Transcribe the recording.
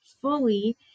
fully